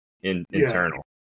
internal